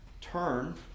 Turn